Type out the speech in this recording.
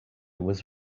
was